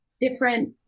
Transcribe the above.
different